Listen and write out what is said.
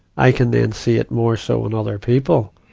i can then see it more so in other people.